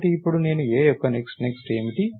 కాబట్టి ఇప్పుడు నేను A యొక్క next next ఏమిటి